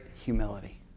humility